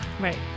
Right